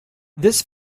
this